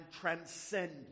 transcend